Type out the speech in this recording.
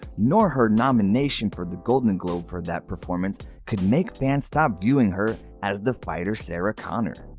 nor her nomination for the golden and globe for that performance could make fans stop viewing her as the fighter sarah connor.